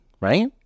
right